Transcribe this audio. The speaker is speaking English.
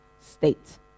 state